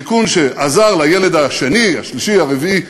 תיקון שעזר לילד השני, השלישי, הרביעי,